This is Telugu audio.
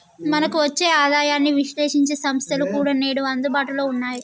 మనకు వచ్చే ఆదాయాన్ని విశ్లేశించే సంస్థలు కూడా నేడు అందుబాటులో ఉన్నాయి